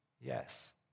Yes